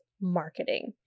marketing